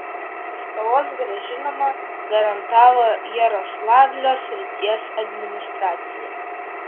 paskolos grąžinimą garantavo jaroslavlio srities administracija